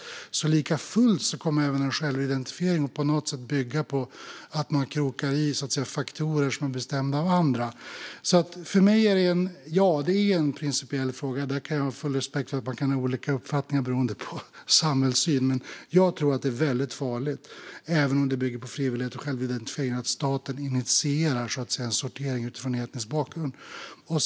Likafullt kommer alltså även en självidentifiering på något sätt att bygga på att man krokar i faktorer som är bestämda av andra. Detta är väl en praktisk synpunkt som även Brå har lyft upp. För mig är det en principiell fråga, och jag har full respekt för att man kan ha olika uppfattningar beroende på samhällssyn. Men jag tror att det är väldigt farligt, även om det bygger på frivillighet och självidentifiering, att staten initierar sortering utifrån etnisk bakgrund.